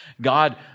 God